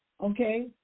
okay